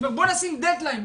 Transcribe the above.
בואו נשים דד ליין,